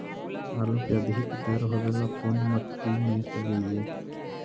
आलू के अधिक दर होवे ला कोन मट्टी में लगीईऐ?